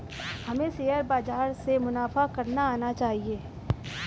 हमें शेयर बाजार से मुनाफा करना आना चाहिए